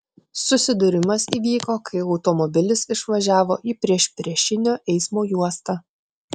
susidūrimas įvyko kai automobilis išvažiavo į priešpriešinio eismo juostą